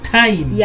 time